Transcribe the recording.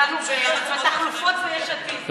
דנו בתחלופה ביש עתיד.